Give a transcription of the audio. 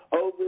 Over